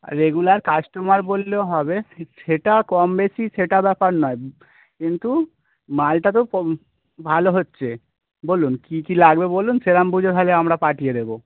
regular customer বললেও হবে সেটা কম বেশি সেটা ব্যাপার নয় কিন্তু মালটা তো প ভালো হচ্ছে বলুন কী কী লাগবে বলুন সেরম বুঝে তাহলে আমরা পাঠিয়ে দেবো